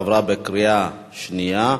עברה בקריאה שנייה.